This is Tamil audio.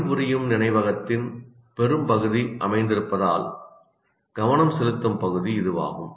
பணிபுரியும் நினைவகத்தின் பெரும்பகுதி அமைந்திருப்பதால் கவனம் செலுத்தும் பகுதி இதுவாகும்